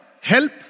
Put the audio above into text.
help